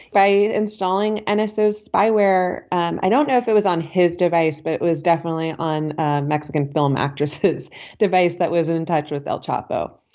by installing nsa and so spyware um i don't know if it was on his device but it was definitely on mexican film actresses device that was in in touch with el chapo.